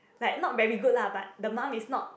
like not very good lah but the mum is not